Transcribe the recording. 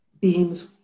beams